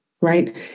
Right